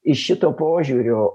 iš šito požiūrio